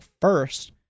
first